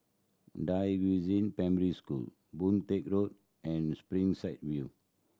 Da Primary School Boon Teck Road and Springside View